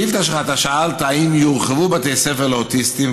בשאילתה שלך אתה שאלת אם יורחבו בתי ספר לאוטיסטים,